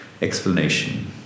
explanation